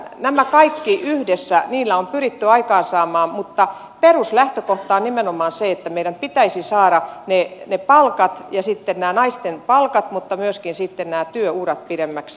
näillä kaikilla yhdessä on pyritty aikaansaamaan parannusta mutta peruslähtökohta on nimenomaan se että meidän pitäisi saada ne naisten palkat mutta myöskin sitten nämä työurat pidemmiksi